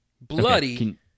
bloody